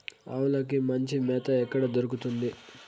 ఆవులకి మంచి మేత ఎక్కడ దొరుకుతుంది?